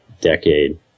decade